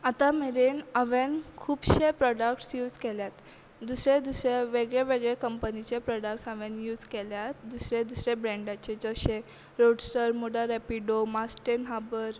आतां मेरेन हांवेन खुबशे प्रोडक्ट्स यूज केल्यात दुसरे दुसरे वेगळे वेगळे कंपनीचे प्रोडक्ट्स हांवेन यूज केल्यात दुसरे दुसरे ब्रँडाचे जशे रोडस्टर मोटा रॅपिडो मास्ट एन हाबर